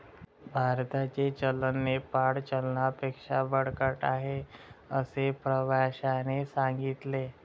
भारताचे चलन नेपाळच्या चलनापेक्षा बळकट आहे, असे प्रवाश्याने सांगितले